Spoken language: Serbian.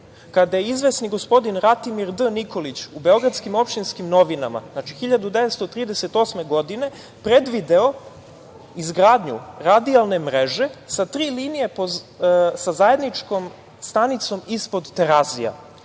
kada je izvesni gospodin Ratimir D. Nikolić u Beogradskim opštinskim novinama, znači 1938. godine, predvideo izgradnju radijalne mreže sa tri linije sa zajedničkom stanicom ispod Terazija. Meni